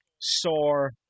Sore